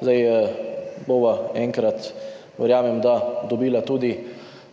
slabo. Enkrat bova, verjamem, dobila tudi